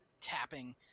tapping